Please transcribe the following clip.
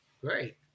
great